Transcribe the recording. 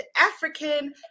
African